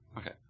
Okay